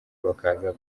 bakaza